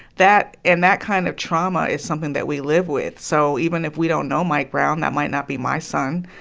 that and that kind of trauma is something that we live with. so even if we don't know mike brown, that might not be my son,